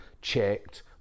checked